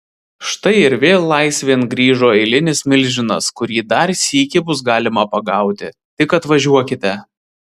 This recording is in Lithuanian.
štai ir vėl laisvėn grįžo eilinis milžinas kurį dar sykį bus galima pagauti tik atvažiuokite